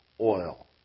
oil